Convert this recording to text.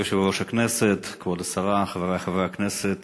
כבוד יושב-ראש הכנסת, כבוד השרה, חברי חברי הכנסת,